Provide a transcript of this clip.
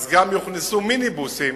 גם יוכנסו מיניבוסים